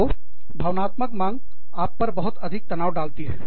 तो भावनात्मक मांग आप पर बहुत तनाव डाल सकती हैं